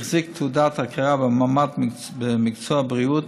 החזיק תעודת הכרה במעמד במקצוע בריאות,